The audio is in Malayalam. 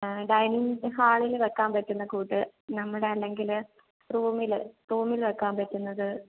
ആ ഡൈനിംഗ് ഹാളിൽ വെയ്ക്കാൻ പറ്റുന്ന കൂട്ട് നമ്മുടെ അല്ലെങ്കിൽ റൂമിൽ റൂമിൽ വെയ്ക്കാൻ പറ്റുന്നത്